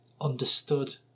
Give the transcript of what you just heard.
understood